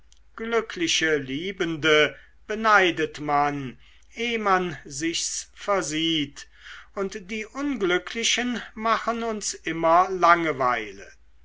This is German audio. glücklich liebende beneidet man eh man sich's versieht und die unglücklichen machen uns immer langeweile